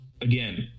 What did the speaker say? again